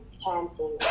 chanting